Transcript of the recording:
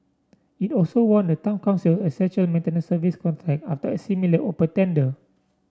it also won the town council essential maintenance service contract after a similar open tender